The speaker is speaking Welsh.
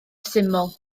syml